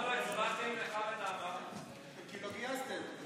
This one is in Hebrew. למה לא הצבעתם, כי לא גייסתם.